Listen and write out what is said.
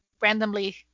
randomly